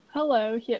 Hello